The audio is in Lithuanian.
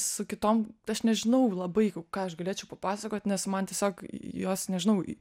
su kitom tai aš nežinau labai ką aš galėčiau papasakot nes man tiesiog į jos nežinau į